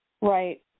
right